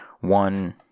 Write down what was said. One